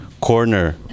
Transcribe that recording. corner